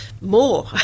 more